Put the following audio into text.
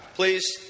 Please